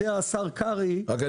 כל אחד